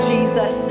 Jesus